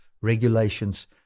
regulations